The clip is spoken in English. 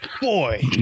Boy